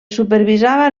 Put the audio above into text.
supervisava